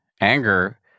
anger